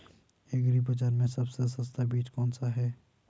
Agree बाज़ार में सबसे सस्ता बीज कौनसा है?